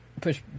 push